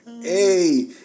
Hey